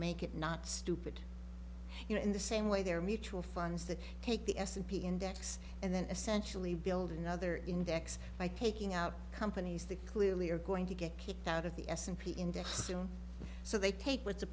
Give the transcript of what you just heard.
make it not stupid you know in the same way their mutual funds that take the s and p index and then essentially build another index by taking out companies they clearly are going to get kicked out of the s and p index soon so they take w